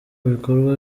bikorwa